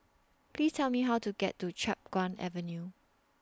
Please Tell Me How to get to Chiap Guan Avenue